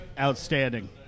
Outstanding